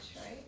right